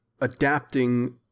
adapting